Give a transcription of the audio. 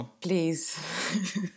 Please